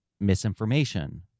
misinformation